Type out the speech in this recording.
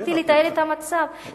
זכותי לתאר את המצב.